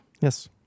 Yes